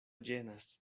ĝenas